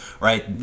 right